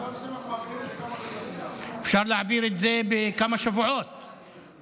בעזרת השם, אנחנו מעבירים אותה כמה שיותר מוקדם.